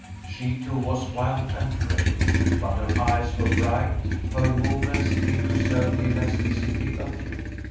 she, too, was wan and frail but her eyes were bright her movements still preserved the elasticity of youth.